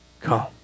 come